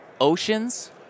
Oceans